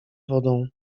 wodą